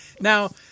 Now